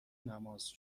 نماز